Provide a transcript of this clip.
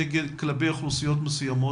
כלפי אוכלוסיות מסוימות?